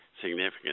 significant